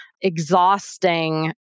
exhausting